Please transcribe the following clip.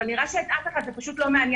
אבל נראה שאת אף אחד זה לא מעניין,